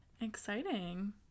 Exciting